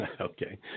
Okay